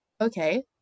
Okay